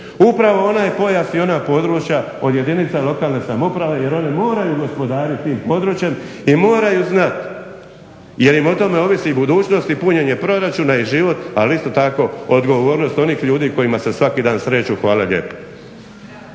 upravo onaj pojas i ona područja od jedinica lokalne samouprave jer oni moraju gospodariti tim područjem i moraju znati jer im o tome ovisi budućnost i punjenje proračuna i život, ali isto tako odgovornost onih ljudi s kojima se svaki dan sreću. Hvala lijepo.